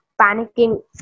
panicking